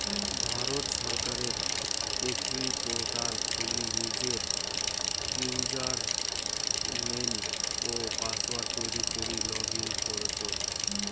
ভারত সরকারের এগ্রিপোর্টাল খুলি নিজের ইউজারনেম ও পাসওয়ার্ড তৈরী করি লগ ইন করচত